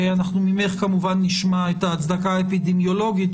אנחנו ממך כמובן נשמע את ההצדקה האפידמיולוגית,